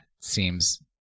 seems